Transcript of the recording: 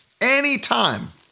Anytime